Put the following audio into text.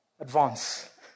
Advance